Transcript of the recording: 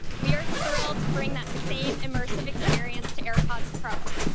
we are thrilled to bring that same immersive experience to airpods pro.